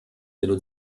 dello